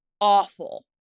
awful